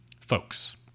folks